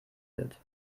wird